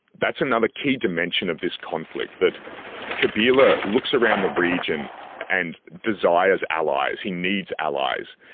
that's another key dimension of this conflict that kabila looks around the region and desires allies he needs allies.